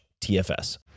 tfs